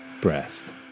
breath